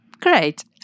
Great